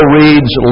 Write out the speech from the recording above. reads